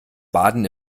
baden